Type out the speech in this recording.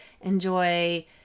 enjoy